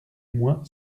moi